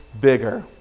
bigger